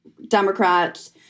Democrats